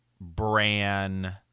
Bran